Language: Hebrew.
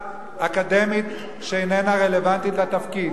כהשכלה אקדמית, שאינה רלוונטית לתפקיד.